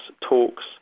talks